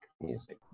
music